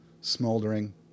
smoldering